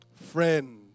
Friend